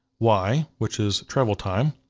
y, which is travel time.